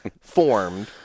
formed